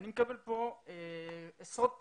אני מקבל פה עשרות פניות,